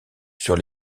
sur